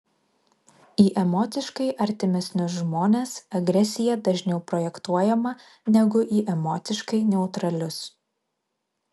į emociškai artimesnius žmones agresija dažniau projektuojama negu į emociškai neutralius